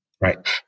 Right